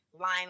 line